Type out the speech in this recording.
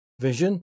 vision